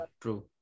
true